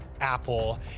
Apple